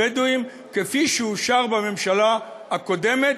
הבדואים כפי שאושר בממשלה הקודמת,